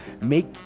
Make